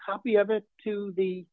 copy of it to the